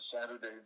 Saturday